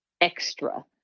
extra